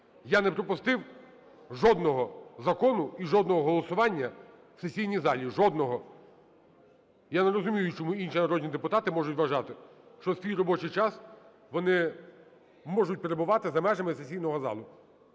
Я не пропустив жодного закону і жодного голосування в сесійній залі, жодного. Я не розумію, чому інші народні депутати можуть вважати, що в свій робочий час вони можуть перебувати за межами сесійного залу.